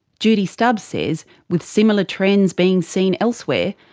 judy stubbs says with similar trends being seen elsewhere,